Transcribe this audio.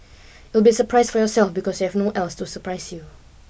it will be surprise for yourself because you have no else to surprise you